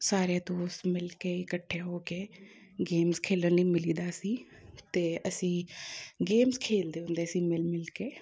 ਸਾਰੇ ਦੋਸਤ ਮਿਲ ਕੇ ਇਕੱਠੇ ਹੋ ਕੇ ਗੇਮਸ ਖੇਡਨ ਲਈ ਮਿਲੀਦਾ ਸੀ ਅਤੇ ਅਸੀਂ ਗੇਮਸ ਖੇਡਦੇ ਹੁੰਦੇ ਸੀ ਮਿਲ ਮਿਲ ਕੇ